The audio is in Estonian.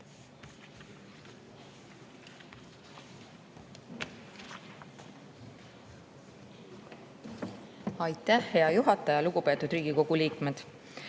Aitäh, hea juhataja! Lugupeetud Riigikogu liikmed!